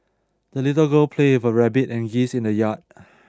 the little girl played with her rabbit and geese in the yard